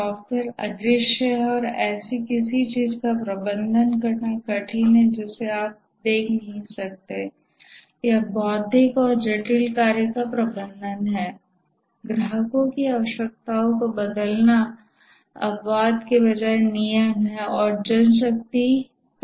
software अदृश्य है और ऐसी किसी चीज़ का प्रबंधन करना कठिन है जिसे आप देख नहीं सकते हैं यह बौद्धिक और जटिल कार्य का प्रबंधन है ग्राहकों की आवश्यकताओं को बदलना अपवाद के बजाय नियम है और जनशक्ति का कारोबार भी है